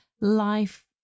life